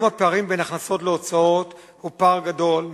היום הפער בין ההכנסות להוצאות הוא גדול.